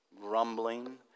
grumbling